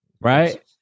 Right